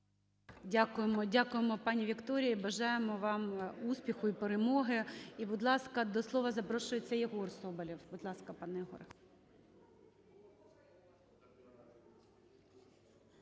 Дякуємо. Дякуємо, пані Вікторія. І бажаємо вам успіху і перемоги. І, будь ласка, до слова запрошується Єгор Соболєв. Будь ласка, пане Єгоре.